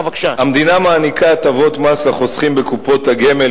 המדינה מעניקה הטבות מס לחוסכים בקופות הגמל